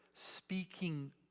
Speaking